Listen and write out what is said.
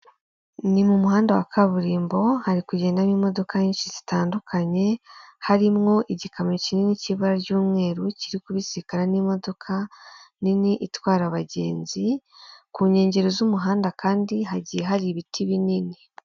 Inzu ikodeshwa iri Kicukiro muri Kigali, ifite ibyumba bine n'amadushe atatu na tuwarete ikaba ikodeshwa amafaranga ibihumbi magana atanu ku kwezi.